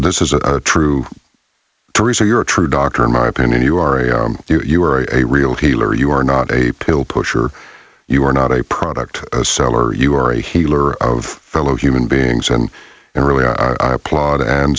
this is a true story so you're a true doctor in my opinion you are a you are a real healer you are not a pill pusher you are not a product seller you are a healer of fellow human beings and really i applaud and